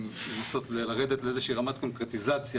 אם לנסות לרדת לאיזושהי רמת קונקרטיזציה